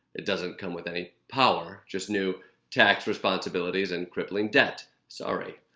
it doesn't come with any power. just new tax responsibilities and crippling debt. sorry.